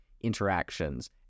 interactions